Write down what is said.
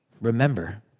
remember